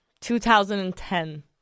2010